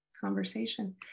conversation